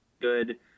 good